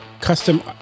custom